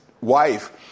wife